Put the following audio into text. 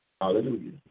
hallelujah